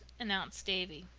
announced davy.